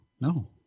no